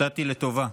הופתעתי לטובה.